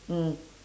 mm